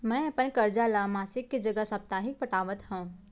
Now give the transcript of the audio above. मै अपन कर्जा ला मासिक के जगह साप्ताहिक पटावत हव